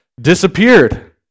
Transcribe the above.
disappeared